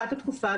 אחת לתקופה,